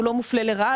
הוא לא מופלה לרעה,